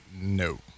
no